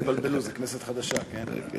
אל תתבלבלו, זו כנסת חדשה, כן?